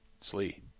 Slee